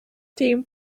team